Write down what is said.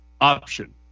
option